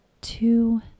two